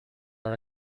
are